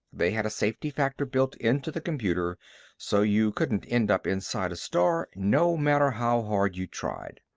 they had a safety factor built into the computer so you couldn't end up inside a star no matter how hard you tried.